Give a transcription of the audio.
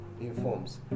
Informs